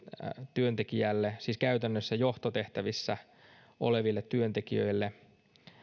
työntekijälle siis käytännössä johtotehtävissä oleville työntekijöille